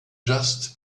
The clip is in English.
just